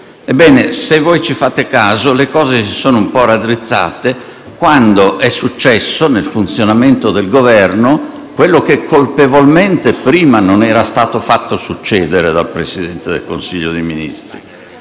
Ebbene, se voi ci fate caso, le cose si sono un po' raddrizzate quando è successo nel funzionamento del Governo quello che colpevolmente prima non era stato fatto succedere dal Presidente del Consiglio dei ministri: